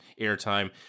airtime